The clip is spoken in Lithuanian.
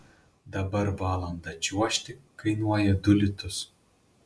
dabar valandą čiuožti kainuoja du litus